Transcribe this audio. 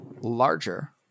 larger